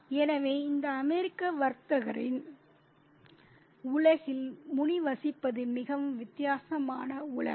எனவே இந்த அமெரிக்க வர்த்தகரின் உலகில் முனி வசிப்பது மிகவும் வித்தியாசமான உலகம்